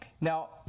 now